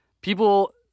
People